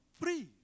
Free